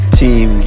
team